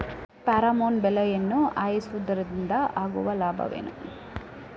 Pheromone ಬಲೆಯನ್ನು ಹಾಯಿಸುವುದರಿಂದ ಆಗುವ ಲಾಭವೇನು?